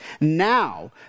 now